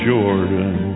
Jordan